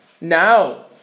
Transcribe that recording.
Now